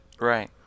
Right